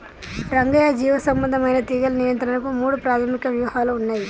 రంగయ్య జీవసంబంధమైన తీగలు నియంత్రణకు మూడు ప్రాధమిక వ్యూహాలు ఉన్నయి